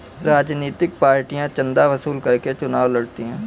राजनीतिक पार्टियां चंदा वसूल करके चुनाव लड़ती हैं